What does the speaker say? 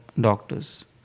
doctors